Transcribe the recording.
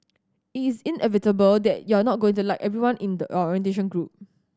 it is inevitable that you're not going to like everyone in the in the orientation group